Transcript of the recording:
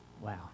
Wow